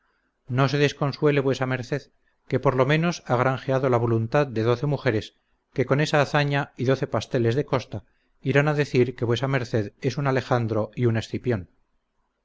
no se desconsuele vuesa merced que por lo menos ha granjeado la voluntad de doce mujeres que con esa hazaña y doce pasteles de costa irán a decir que vuesa merced es un alejandro y un